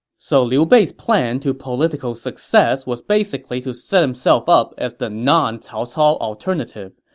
so liu bei's plan to political success was basically to set himself up as the non-cao cao alternative,